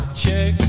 check